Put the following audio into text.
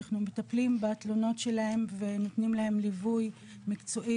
אנחנו מטפלים בתלונות שלהם ונותנים להם ליווי מקצועי